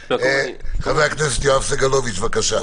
חבר הכנסת יואב סגלוביץ', בבקשה.